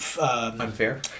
unfair